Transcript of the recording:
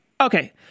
Okay